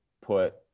put